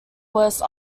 worse